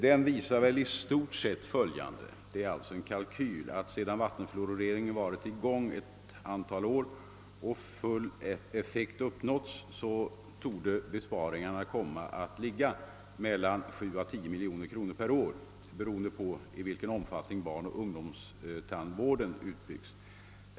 Den visar i stort sett att sedan vattenfluorideringen varit i gång ett antal år och när full effekt uppnåtts torde besparingarna komma att ligga på 7—10 miljoner kronor per år, beroende på i vilken omfattning barnoch ungdomstandvården utbyggs.